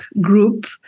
group